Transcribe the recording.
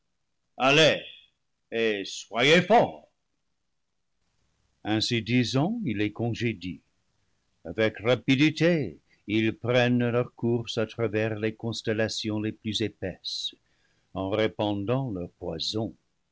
allez et soyez forts ainsi disant il les congédie avec rapidité ils prennent leur course à travers les constellations les plus épaisses en répandant leur poison